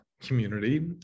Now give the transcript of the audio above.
community